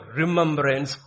remembrance